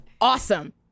awesome